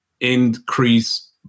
increase